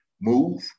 move